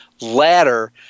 ladder